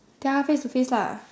tell her face to face lah